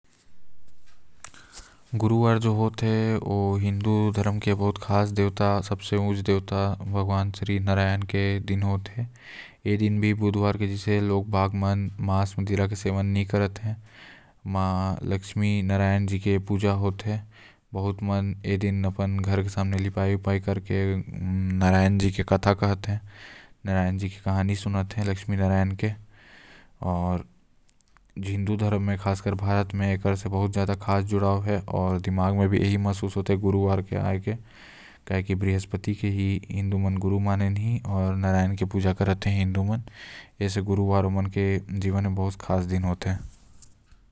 गुरुवार जो दिन है ओ ब्रह्माण्ड के सबसे उच्य आऊ सबसे कृपालु आऊ दयालु भगवान के होएल भगवन् श्री नारायण के दिन। ए दिन बहुत खास होएल काबर की भगवान् के दिन ही ऐसन है। आऊ भगवान के बारे म कुछ भी बोलना हमर तुच्छताओं ल दर्शाई।